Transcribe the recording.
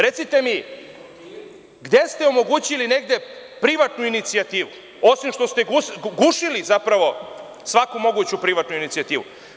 Recite mi gde ste omogućili privatnu inicijativu, osim što ste gušili svaku moguću privatnu inicijativu?